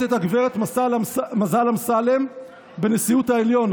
את הגברת מזל אמסלם בנשיאות העליון,